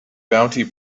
bounty